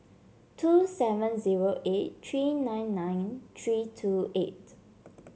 two seven zero eight three nine nine three two eight